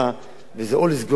וזה או לסגור או לאפשר,